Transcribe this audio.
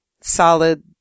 solid